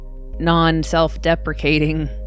non-self-deprecating